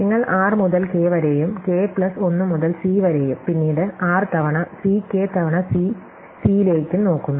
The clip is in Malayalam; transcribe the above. നിങ്ങൾ r മുതൽ k വരെയും k പ്ലസ് 1 മുതൽ C വരെയും പിന്നീട് r തവണ C k തവണ സി സിയിലേക്കും നോക്കുന്നു